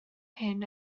hyn